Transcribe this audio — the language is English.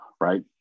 Right